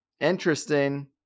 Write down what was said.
Interesting